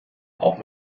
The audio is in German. auch